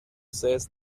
says